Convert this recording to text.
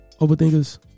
Overthinkers